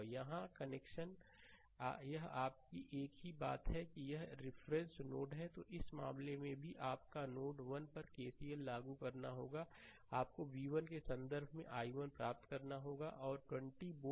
यहाँ कनेक्शन यह आपकी एक ही बात है यह एक रिफरेंस नोड है तो इस मामले में भी आपको नोड 1 पर केसीएल लागू करना होगा आपको v1 के संदर्भ में i1 प्राप्त करना होगा और यह 20 वोल्ट